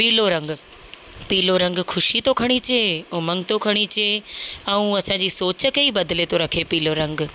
पीलो रंग पीलो रंग ख़ुशी थो खणी अचे उमंग थो खणी अचे ऐं असांजी सोच खे ई थो बदिले थो रखे पीलो रंग